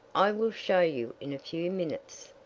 i will show you in a few minutes.